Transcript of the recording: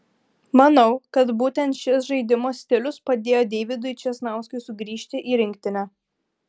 manau kad būtent šis žaidimo stilius padėjo deividui česnauskiui sugrįžti į rinktinę